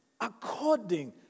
according